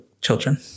children